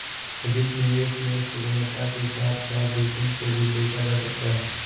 अधिक निवेश में सुगमता के साथ साथ जोखिम को भी देखा जा सकता है